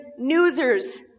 newsers